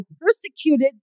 persecuted